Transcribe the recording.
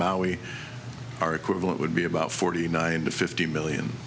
maui our equivalent would be about forty nine to fifty million